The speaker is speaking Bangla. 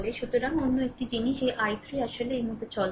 সুতরাং অন্য একটি জিনিস এই I3 আসলে এই মত চলন্ত